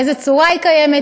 באיזו צורה היא קיימת,